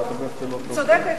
היא צודקת.